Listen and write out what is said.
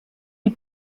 die